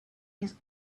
his